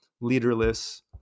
leaderless